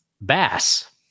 bass